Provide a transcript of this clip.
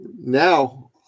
now